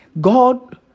God